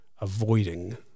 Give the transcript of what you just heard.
avoiding